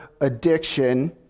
addiction